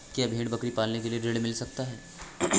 क्या भेड़ बकरी पालने के लिए ऋण मिल सकता है?